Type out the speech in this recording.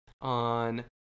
on